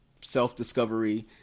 self-discovery